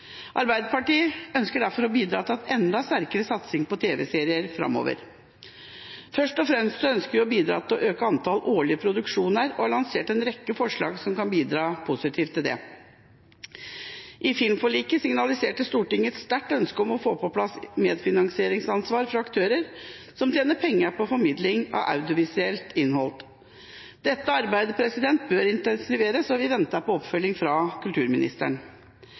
Arbeiderpartiet ønsker derfor å bidra til enda sterkere satsing på tv-serier framover. Først og fremst ønsker vi å bidra til å øke antallet årlige produksjoner og har lansert en rekke forslag som kan bidra positivt til det. I filmforliket signaliserte Stortinget et sterkt ønske om å få på plass et medfinansieringsansvar fra aktører som tjener penger på formidling av audiovisuelt innhold. Dette arbeidet bør intensiveres, og vi venter på oppfølging fra kulturministeren.